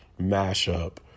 mashup